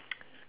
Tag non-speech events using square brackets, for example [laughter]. [noise]